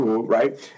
right